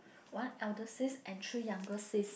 one elder sis and three younger sis